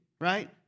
right